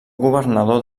governador